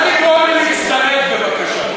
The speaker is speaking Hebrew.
אל תקראו לי להצטרף, בבקשה.